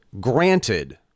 granted